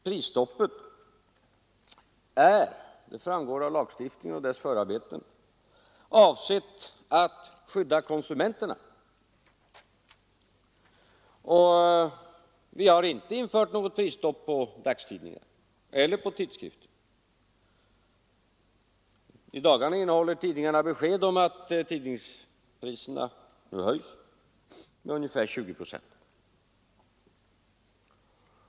Prisstoppet är — det framgår av lagstiftningen och dess förarbeten — avsett att skydda konsumenterna. Vi har inte infört något prisstopp på dagstidningar eller på tidskrifter. I dagarna innehåller tidningarna besked om att tidningspriserna höjs med ungefär 20 procent.